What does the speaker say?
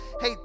Hey